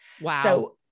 Wow